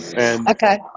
Okay